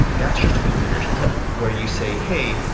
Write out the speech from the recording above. that's just a configuration setting where you say, hey,